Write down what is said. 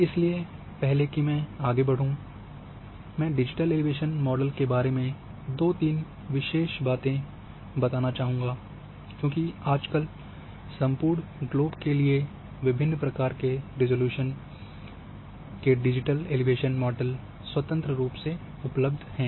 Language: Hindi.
इससे पहले कि मैं आगे बढ़ूँ मैं डिजिटल एलिवेशन मॉडल के बारे में दो तीन बातें विशेष रूप से बताना चाहूंगा क्योंकि आजकल सम्पूर्ण ग्लोब के लिए विभिन्न प्रकार के रिज़ॉल्यूशन में डिजिटल एलिवेशन मॉडल स्वतंत्र रूप से उपलब्ध है